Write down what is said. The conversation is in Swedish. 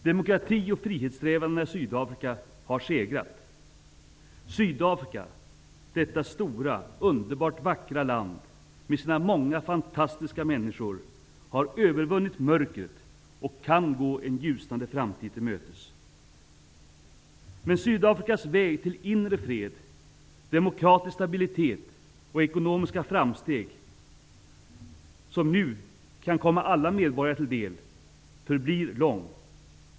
Demokratin och frihetssträvandena i Sydafrika har segrat. Sydafrika -- detta stora underbart vackra land med sina många fantastiska människor -- har övervunnit mörkret och kan gå en ljusnande framtid till mötes. Men Sydafrikas väg till inre fred, demokratisk stabilitet och ekonomiska framsteg -- som nu kan komma alla medborgare till del -- förblir lång.